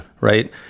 Right